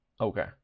okay